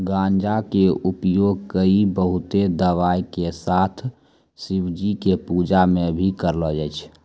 गांजा कॅ उपयोग कई बहुते दवाय के साथ शिवजी के पूजा मॅ भी करलो जाय छै